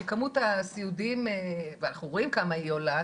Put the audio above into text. כי כמות הסיעודיים ואנחנו רואים כמה היא עולה,